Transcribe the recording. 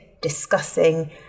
discussing